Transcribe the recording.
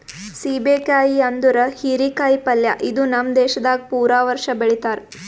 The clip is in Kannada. ಸೀಬೆ ಕಾಯಿ ಅಂದುರ್ ಹೀರಿ ಕಾಯಿ ಪಲ್ಯ ಇದು ನಮ್ ದೇಶದಾಗ್ ಪೂರಾ ವರ್ಷ ಬೆಳಿತಾರ್